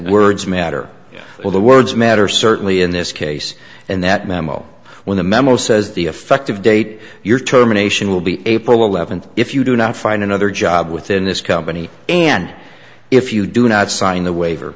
words matter or the words matter certainly in this case and that memo when the memo says the effective date your terminations will be april eleventh if you do not find another job within this company and if you do not sign the waiver